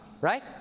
right